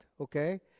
okay